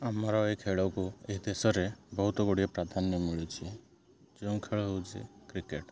ଆମର ଏଇ ଖେଳକୁ ଏହି ଦେଶରେ ବହୁତ ଗୁଡ଼ିଏ ପ୍ରାଧାନ୍ୟ ମିଳିଛି ଯେଉଁ ଖେଳ ହେଉଛି କ୍ରିକେଟ୍